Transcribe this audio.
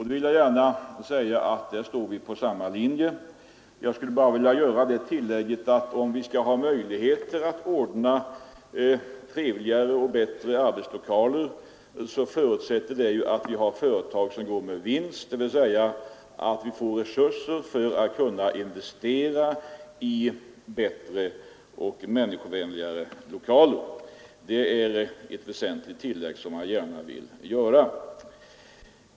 Därvidlag står väl alla på samma linje, men jag skulle vilja tillägga att om vi skall ha möjlighet att ordna trevligare och bättre arbetslokaler, förutsätter detta att våra företag går med vinst, dvs. att vi får resurser att investera i bättre och människovänligare lokaler. Det är ett väsentligt tillägg som jag gärna vill göra.